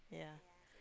yeah